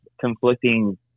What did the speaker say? conflicting